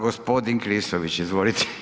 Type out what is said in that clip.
Gospodin Klisović, izvolite.